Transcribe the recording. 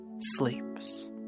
sleeps